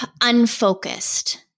unfocused